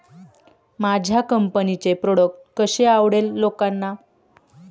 माझ्या कंपनीचे प्रॉडक्ट कसे आवडेल लोकांना?